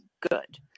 good